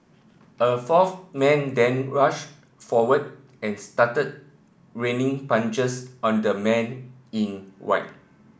a fourth man then rushed forward and started raining punches on the man in white